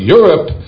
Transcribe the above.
Europe